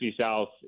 South